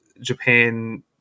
Japan